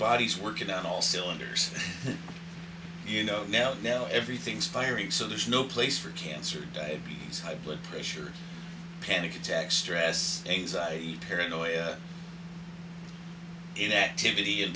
body is working on all cylinders you know now now everything's firing so there's no place for cancer diabetes high blood pressure panic attacks stress anxiety paranoia inactivity and